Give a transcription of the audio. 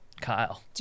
Kyle